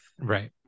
Right